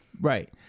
Right